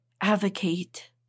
advocate